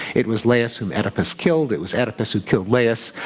it was laius whom oedipus killed. it was oedipus who killed laius,